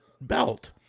belt